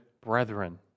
brethren